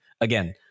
again